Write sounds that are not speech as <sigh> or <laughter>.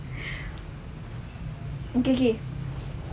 <breath> okay okay